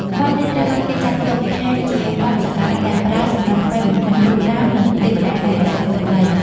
បទនេះត្រូវបានគេចាត់ទុកថាជាបទសក្ការៈដែលប្រើសម្រាប់ថ្វាយបង្គំគ្រូដើម និងទេវតាដែលរក្សាទឹកដី